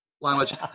language